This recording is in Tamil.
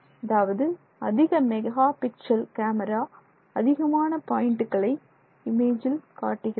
அதாவது அதிக மெகாபிக்சல் கேமரா அதிகமான பாயிண்டுகளை இமேஜில் காட்டுகிறது